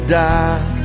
die